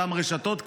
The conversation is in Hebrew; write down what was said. אותן רשתות,